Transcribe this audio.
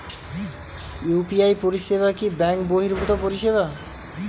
UPI পরিসেবা কি bank বর্হিভুত পরিসেবা?